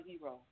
hero